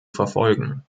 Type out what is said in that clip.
verfolgen